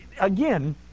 again